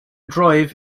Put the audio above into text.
drive